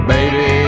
Baby